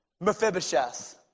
Mephibosheth